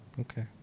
Okay